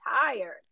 tired